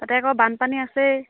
তাতে আকৌ বানপানী আছেই